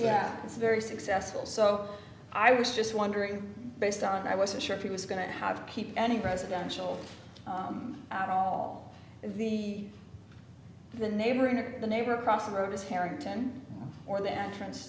yeah it's very successful so i was just wondering based on i wasn't sure if it was going to have to keep any residential out all the the neighboring or the neighbor across the road is harrington or the entrance